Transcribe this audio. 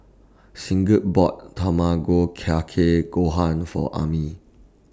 Sigurd bought Tamago Kake Gohan For Amir